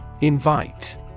Invite